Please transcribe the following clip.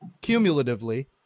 cumulatively